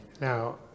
Now